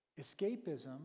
Escapism